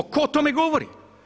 Tko o tome govori?